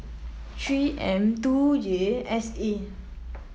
three M two J S A